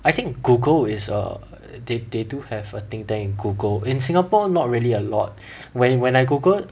I think Google is err they they do have a think tank Google in singapore not really a lot when when I googled